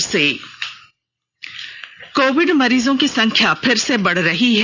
शुरुआत कोविड मरीजों की संख्या फिर से बढ़ रही है